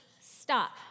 stop